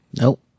Nope